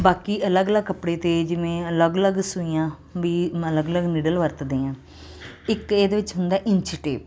ਬਾਕੀ ਅਲੱਗ ਅਲੱਗ ਕੱਪੜੇ ਤੇ ਜਿਵੇਂ ਅਲੱਗ ਅਲੱਗ ਸੂਈਆਂ ਵੀ ਮਨ ਅਲੱਗ ਅਲੱਗ ਨੀਡਲ ਵਰਤਦੇ ਆਂ ਇੱਕ ਇਹਦੇ ਵਿੱਚ ਹੁੰਦਾ ਇੰਚੀਟੇਪ